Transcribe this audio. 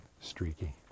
streaky